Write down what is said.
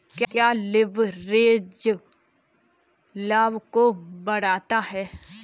क्या लिवरेज लाभ को बढ़ाता है?